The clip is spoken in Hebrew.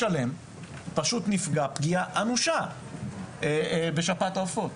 מדובר במושב שלם שנפגע פגיעה אנושה בשפעת העופות.